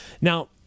Now